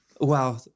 Wow